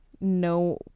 No